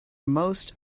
most